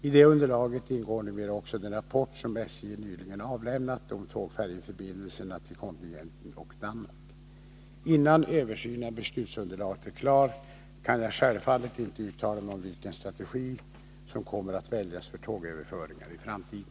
I det underlaget ingår numera också den rapport som SJ nyligen avlämnat om tågfärjeförbindelserna till kontinenten och Danmark. Innan översynen av beslutsunderlaget är klar kan jag självfallet inte uttala mig om vilken strategi som kommer att väljas för tågöverföringar i framtiden.